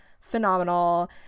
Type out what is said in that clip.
phenomenal